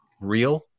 real